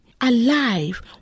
alive